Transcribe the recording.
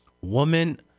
Woman